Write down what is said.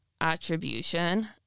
attribution